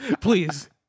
Please